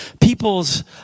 people's